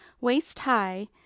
waist-high